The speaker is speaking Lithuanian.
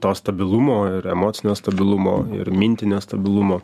to stabilumo ir emocinio stabilumo ir mintnio stabilumo